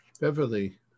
Beverly